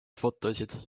fotosid